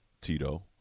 Tito